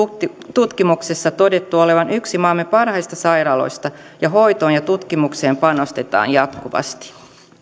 tutkimuksessa todettu olevan yksi maamme parhaista sairaaloista ja hoitoon ja tutkimukseen panostetaan jatkuvasti